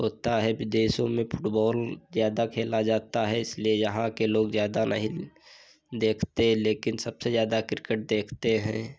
होता है विदेशों में फुटबॉल ज़्यादा खेल जाता है इसलिए यहाँ के लोग ज़्यादा नहीं देखते लेकिन सबसे ज़्यादा क्रिकेट देखते हैं